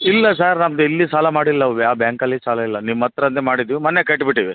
ಇಲ್ಲ ಸರ್ ನಮ್ದು ಎಲ್ಲಿ ಸಾಲ ಮಾಡಿಲ್ಲ ಅವು ಯಾವ ಬ್ಯಾಂಕಲ್ಲಿ ಸಾಲ ಇಲ್ಲ ನಿಮ್ಮತ್ತಿರನೆ ಮಾಡಿದ್ದು ಮೊನ್ನೆ ಕಟ್ಟಿ ಬಿಟ್ಟೆವೆ